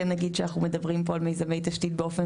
כי נגיד שאנחנו מדברים פה על מיזמי תשתית באופן